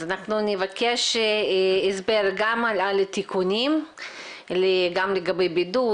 אנחנו נבקש הסבר על התיקונים גם לגבי בידוד